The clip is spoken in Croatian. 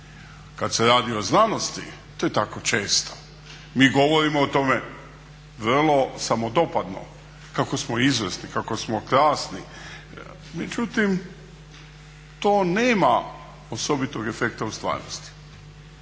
Kad se radi o znanosti to je tako često. Mi govorimo o tome vrlo samodopadno, kako smo izvrsni, kako smo krasni, međutim to nema osobitog efekta u stvarnosti.